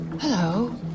Hello